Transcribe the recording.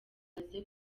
aze